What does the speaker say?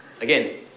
Again